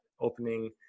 opening